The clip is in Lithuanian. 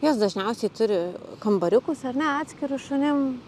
jos dažniausiai turi kambariukus ar ne atskirus šunim